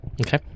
Okay